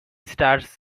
stars